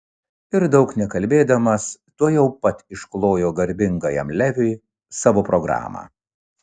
ir daug nekalbėdamas tuojau pat išklojo garbingajam leviui savo programą